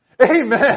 Amen